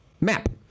map